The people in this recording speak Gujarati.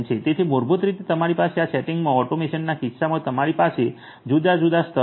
તેથી મૂળભૂત રીતે તમારી પાસે આ સેટિંગ્સમાં ઓટોમેશનના કિસ્સામાં તમારી પાસે જુદા જુદા સ્તર હશે